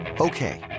Okay